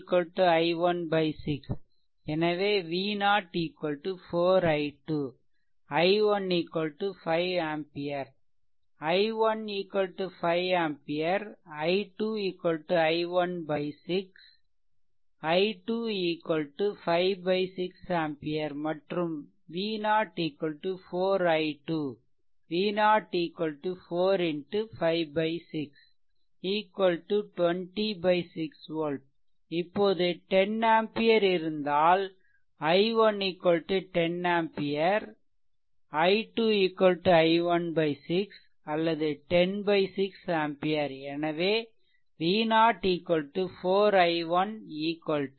i1 5 ampere i2 i1 by 6 i2 5 6 ampere மற்றும் v0 4 i2 v0 4 x 56 20 6 volt இப்போது 10 ampere இருந்தால் i1 10 ampere i2 i1 6 அல்லது 10 6 ampere